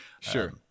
Sure